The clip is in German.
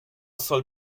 soll